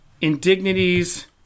indignities